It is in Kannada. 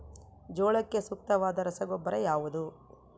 ಜೋಳಕ್ಕೆ ಸೂಕ್ತವಾದ ರಸಗೊಬ್ಬರ ಯಾವುದು?